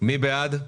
מי בעד ההסתייגות?